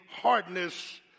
hardness